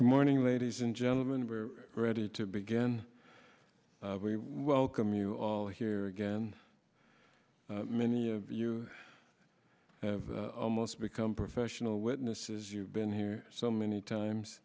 good morning ladies and gentlemen we're ready to begin we welcome you all here again many of you have almost become professional witnesses you've been here so many times